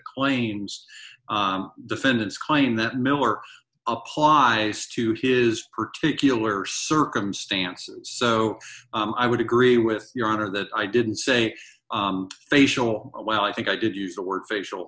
claims defendant's claim that miller applies to his particular circumstances so i would agree with your honor that i didn't say facial or well i think i did use the word facial